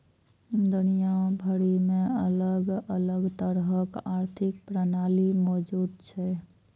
दुनिया भरि मे अलग अलग तरहक आर्थिक प्रणाली मौजूद छै